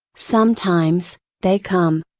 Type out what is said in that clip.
sometimes, they come,